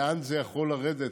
לאן זה יכול לרדת,